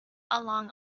along